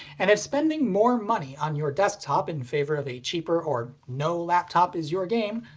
and if spending more money on your desktop in favor of a cheaper or no laptop is your game,